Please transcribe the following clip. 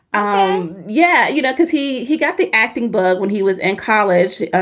um yeah. you know, cause he he got the acting bug when he was in college.